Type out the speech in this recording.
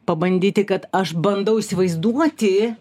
pabandyti kad aš bandau įsivaizduoti